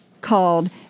called